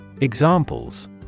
Examples